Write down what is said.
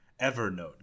Evernote